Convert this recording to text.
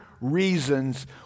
reasons